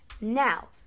Now